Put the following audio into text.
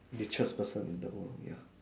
richest person in the world ya